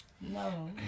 no